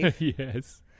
yes